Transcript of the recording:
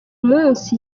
munsi